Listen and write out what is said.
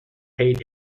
high